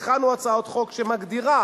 והכנו הצעת חוק שמגדירה,